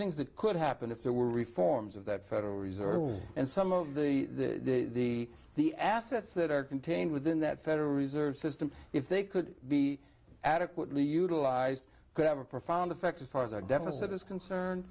things that could happen if there were reforms of that federal reserve and some of the the the assets that are contained within that federal reserve system if they could be adequately utilized could have a profound effect as far as our deficit is concerned